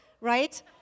Right